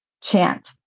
chant